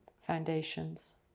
foundations